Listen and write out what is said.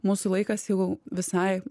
mūsų laikas jau visai